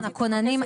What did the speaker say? הכוננים,